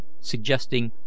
suggesting